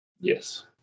yes